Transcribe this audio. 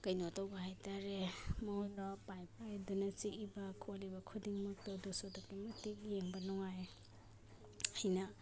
ꯀꯩꯅꯣ ꯇꯧꯕ ꯍꯥꯏꯇꯔꯦ ꯃꯣꯏꯅ ꯄꯥꯏ ꯄꯥꯏꯗꯅ ꯆꯤꯛꯏꯕ ꯈꯣꯠꯂꯤꯕ ꯈꯨꯗꯤꯡꯃꯛꯇꯣ ꯑꯗꯨꯁꯨ ꯑꯗꯨꯛꯀꯤ ꯃꯇꯤꯛ ꯌꯦꯡꯕ ꯅꯨꯡꯉꯥꯏ ꯑꯩꯅ